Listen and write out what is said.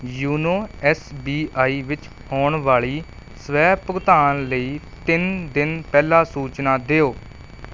YONO S B I ਵਿੱਚ ਹੋਣ ਵਾਲੀ ਸਵੈ ਭੁਗਤਾਨ ਲਈ ਤਿੰਨ ਦਿਨ ਪਹਿਲਾਂ ਸੂਚਨਾ ਦਿਓ